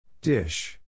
Dish